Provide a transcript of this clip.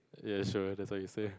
ya sure that's what you say